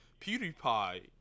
PewDiePie